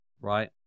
Right